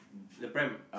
the pram